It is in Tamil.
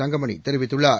தங்கமணி தெரிவித்துள்ளார்